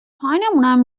پایینمونم